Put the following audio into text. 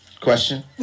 Question